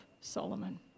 Solomon